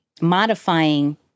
modifying